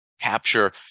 capture